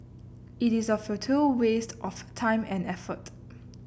it is a futile waste of time and effort